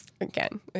Again